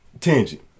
Tangent